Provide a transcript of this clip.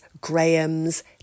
Grahams